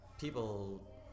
people